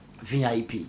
VIP